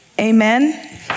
Amen